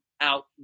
out